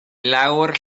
lawr